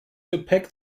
gepäck